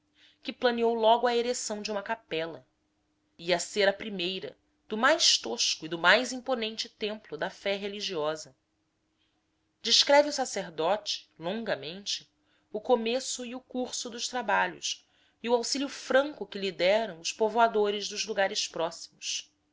que planeou logo a ereção de uma capela ia ser a primeira do mais tosco e do mais imponente templo da fé religiosa descreve o sacerdote longamente o começo e o curso dos trabalhos e o auxílio franco que lhe deram os povoadores dos lugares próximos